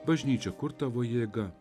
bažnyčia kur tavo jėga